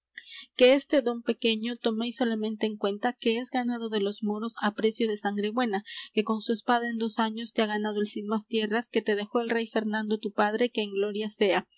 que este dón pequeño toméis solamente en cuenta que es ganado de los moros á precio de sangre buena que con su espada en dos años te ha ganado el cid más tierras que te dejó el rey fernando tu padre que en gloria sea